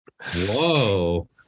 Whoa